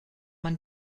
man